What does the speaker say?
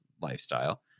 lifestyle